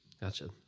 Gotcha